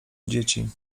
dzieci